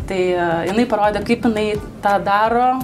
tai jinai parodė kaip jinai tą daro